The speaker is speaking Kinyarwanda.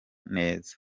neza